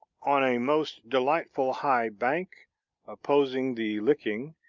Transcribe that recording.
on a most delightful high bank opposite the licking,